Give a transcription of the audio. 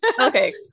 Okay